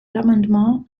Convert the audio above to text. l’amendement